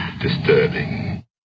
disturbing